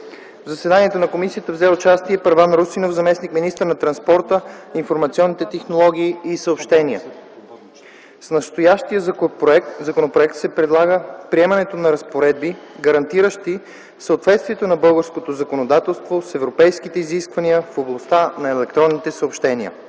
заседанието на комисията взе участие Първан Русинов – заместник-министър на транспорта, информационните технологии и съобщенията. С настоящия законопроект се предлага приемането на разпоредби, гарантиращи съответствието на българското законодателство с европейските изисквания в областта на електронните съобщения.